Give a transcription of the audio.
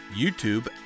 YouTube